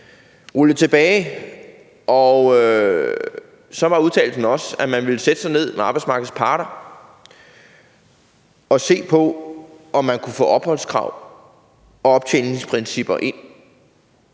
rulle tilbage. Og så var udtalelsen også, at man ville sætte sig ned med arbejdsmarkedets parter og se på, om man kunne få opholdskrav og optjeningsprincipper ind,